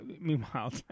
Meanwhile